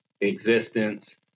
existence